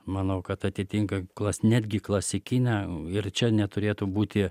manau kad atitinka netgi klasikinę ir čia neturėtų būti